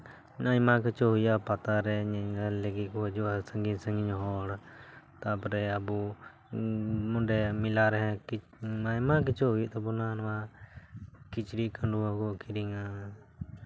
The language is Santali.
ᱟᱭᱢᱟ ᱠᱤᱪᱷᱩ ᱦᱩᱭᱩᱜᱼᱟ ᱯᱟᱛᱟᱨᱮ ᱧᱮᱧᱮᱞ ᱞᱟᱹᱜᱤᱫ ᱠᱚ ᱦᱤᱡᱩᱜᱼᱟ ᱥᱟᱺᱜᱤᱧ ᱥᱟᱺᱜᱤᱧ ᱦᱚᱲ ᱛᱟᱨᱯᱚᱨᱮ ᱟᱵᱚ ᱱᱚᱸᱰᱮ ᱢᱮᱞᱟᱨᱮ ᱟᱭᱢᱟ ᱠᱤᱪᱷᱩ ᱦᱩᱭᱩᱜ ᱛᱟᱵᱚᱱᱟ ᱱᱚᱣᱟ ᱠᱤᱪᱨᱤᱡ ᱠᱷᱟᱹᱰᱣᱟᱹᱜ ᱠᱚ ᱠᱤᱨᱤᱧᱟ